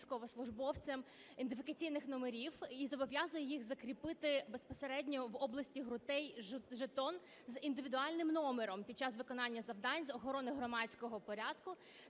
військовослужбовцям ідентифікаційних номерів і зобов'язує їх закріпити безпосередньо в області грудей жетон з індивідуальним номером під час виконання завдань з охорони громадського порядку